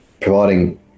providing